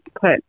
put